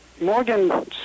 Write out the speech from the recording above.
Morgan